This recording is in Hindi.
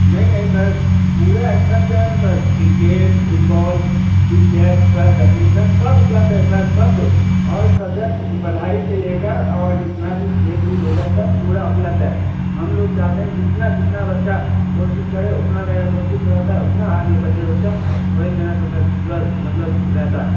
नहीं नहीं सर पूरा एकदम जो है ना sir cricket football KitKat sir badminton सब उपलब्ध है सर सब ऑल सब्जेक्ट पढ़ाई से लेकर और जितना भी खेलकूद होता है सब पूरा उपलब्ध है हमलोग चाहते हैं की जितना जितना बच्चा कोशिश करे उतना मेरा कोशिश रहता है उतना आगे बढ़े बच्चा वही मेरा सबका पूरा मतलब रहता है